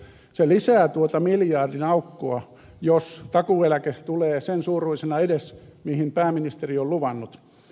se lisää tuota miljardin aukkoa jos takuueläke tulee sen suuruisena edes kuin pääministeri on luvannut